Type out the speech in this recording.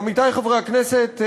עמיתי חברי הכנסת,